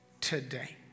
Today